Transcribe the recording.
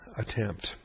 attempt